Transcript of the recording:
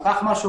לקח משהו,